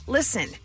Listen